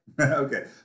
okay